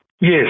Yes